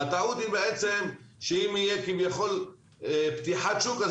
שהטעות היא בעצם שאם תהיה כביכול פתיחת שוק,